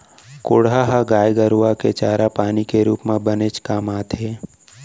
कोंढ़ा ह गाय गरूआ के चारा पानी के रूप म बनेच काम आथे